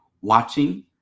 watching